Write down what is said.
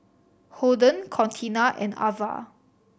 Holden Contina and Avah